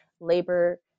labor